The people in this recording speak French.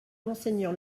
monseigneur